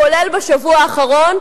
כולל בשבוע האחרון,